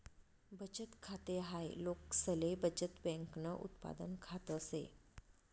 बचत खाते हाय लोकसले बचत बँकन उत्पादन खात से